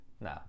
No